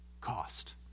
cost